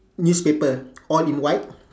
newspaper all in white